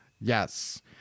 yes